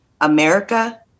America